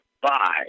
Bye